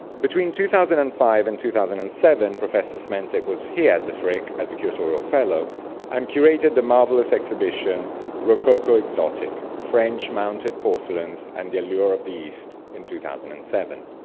between two thousand and five and two thousand and seven, professor smentek was here at the frick as a curatorial fellow and um curated the marvelous exhibition rococo exotic french mounted porcelains and the allure of the east in two thousand and seven.